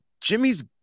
Jimmy's